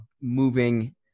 moving